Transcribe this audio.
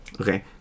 okay